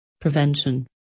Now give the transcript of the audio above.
Prevention